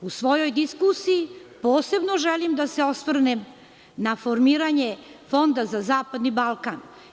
U svojoj diskusiji posebno želim da se osvrnem na formiranje Fonda za zapadni Balkan.